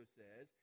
says